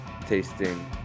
tasting